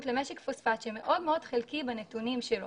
למשק פוספט שמאוד מאוד חלקי בנתונים שלו.